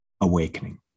AWAKENING